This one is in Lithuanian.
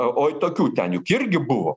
oi tokių ten juk irgi buvo